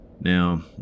Now